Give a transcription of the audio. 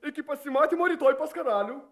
iki pasimatymo rytoj pas karalių